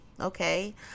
okay